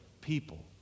people